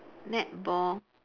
netball